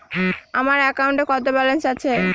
আমার অ্যাকাউন্টে কত ব্যালেন্স আছে?